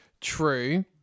True